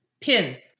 pin